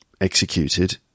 executed